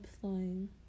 flying